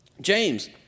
James